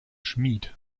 schmied